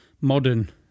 modern